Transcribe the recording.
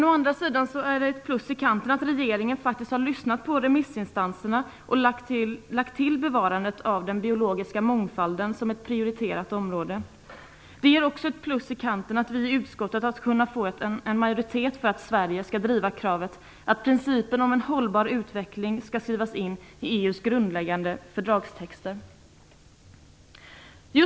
Å andra sidan är det ett plus att regeringen faktiskt har lyssnat på remissinstanserna och lagt till bevarandet av den biologiska mångfalden som ett prioriterat område. Det ger också ett plus i kanten att vi i utskottet har kunnat få en majoritet för att Sverige skall driva kravet att principen om en hållbar utveckling skall skrivas in i EU:s grundläggande fördragstexter.